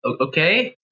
Okay